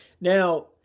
Now